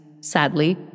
sadly